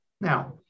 Now